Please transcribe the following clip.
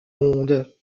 rondes